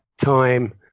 time